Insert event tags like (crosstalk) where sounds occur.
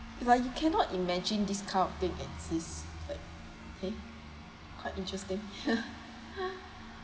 like you cannot imagine this kind of thing exists like !hey! quite interesting (laughs)